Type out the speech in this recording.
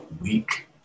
week